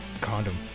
Condom